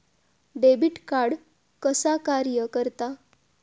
Debit card कसा कार्य करता?